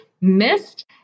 missed